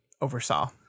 oversaw